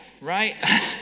right